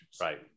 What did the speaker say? Right